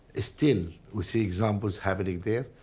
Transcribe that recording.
still we see examples happening there,